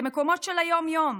למקומות של היום-יום.